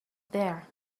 there